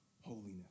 holiness